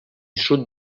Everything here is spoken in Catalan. sud